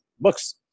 books